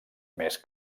més